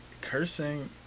cursing